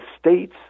states